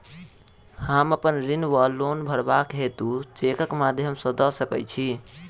हम अप्पन ऋण वा लोन भरबाक हेतु चेकक माध्यम सँ दऽ सकै छी?